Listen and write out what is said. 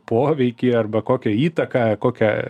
poveikį arba kokią įtaką kokią